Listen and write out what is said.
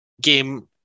game